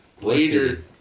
later